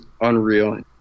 unreal